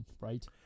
right